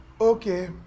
Okay